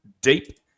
deep